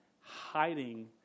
hiding